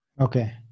Okay